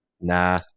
Nah